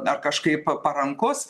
dar kažkaip parankus